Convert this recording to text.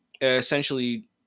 essentially